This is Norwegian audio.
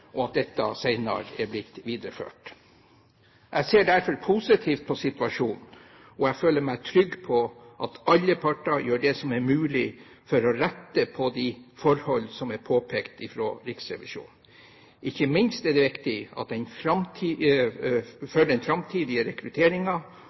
og at dette senere er blitt videreført. Jeg ser derfor positivt på situasjonen, og jeg føler meg trygg på at alle parter gjør det som er mulig for å rette på de forhold som er påpekt fra Riksrevisjonen. Ikke minst er det viktig for den framtidige rekrutteringen og for direktoratets ansatte at